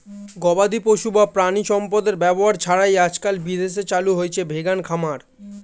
গবাদিপশু বা প্রাণিসম্পদের ব্যবহার ছাড়াই আজকাল বিদেশে চালু হয়েছে ভেগান খামার